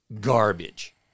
garbage